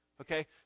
Okay